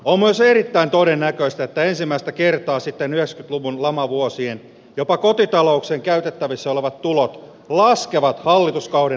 omansa erittäin todennäköistä että ensimmäistä kertaa sitten ylös luvun lamavuosien jopa kotitalouksien käytettävissä olevat tulot laskevat hallituskauden